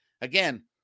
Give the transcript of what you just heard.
again